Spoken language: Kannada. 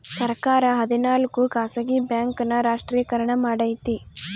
ಸರ್ಕಾರ ಹದಿನಾಲ್ಕು ಖಾಸಗಿ ಬ್ಯಾಂಕ್ ನ ರಾಷ್ಟ್ರೀಕರಣ ಮಾಡೈತಿ